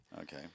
Okay